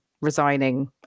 resigning